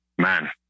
man